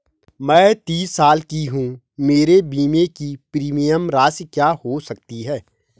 मैं तीस साल की हूँ मेरे बीमे की प्रीमियम राशि क्या हो सकती है?